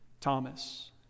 Thomas